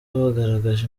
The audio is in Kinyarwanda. bagaragaje